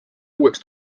uueks